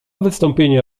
wystąpienie